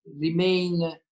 remain